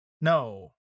No